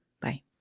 Bye